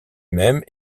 même